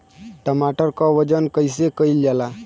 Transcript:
टमाटर क वजन कईसे कईल जाला?